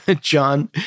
John